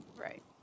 Right